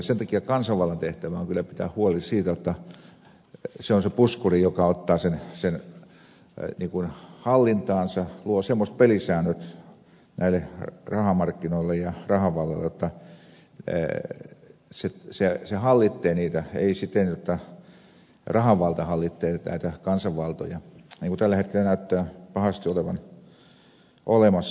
sen takia kansanvallan tehtävä on kyllä pitää huoli siitä jotta se on se puskuri joka ottaa sen hallintaansa luo semmoiset pelisäännöt näille rahamarkkinoille ja rahanvalvojille jotta se hallitsee niitä ei siten jotta rahavalta hallitsee näitä kansanvaltoja niin kuin tällä hetkellä näyttää pahasti olevan olemassa